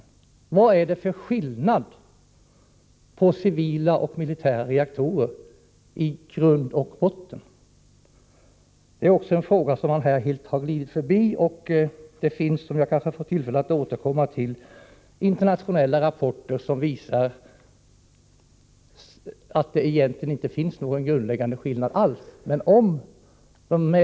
Denna fråga har utskottet helt glidit förbi. Jag får kanske tillfälle att återkomma till detta, men jag vill påpeka att det finns internationella rapporter som visar att det egentligen inte alls är någon grundläggande skillnad mellan civila och militära reaktorer.